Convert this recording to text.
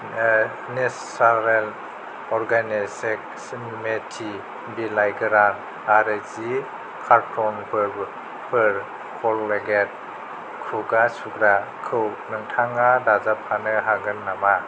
नेचारेल organics मेथि बिलाइ गोरान आरो जि कारट'नफोर क'लगेट खुगा सुग्राखौ नोंथाङा दाजाबफानो हागोन नामा